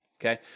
okay